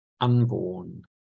unborn